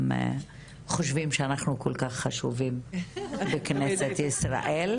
חושבים שאנחנו כל כך חשובים בכנסת ישראל,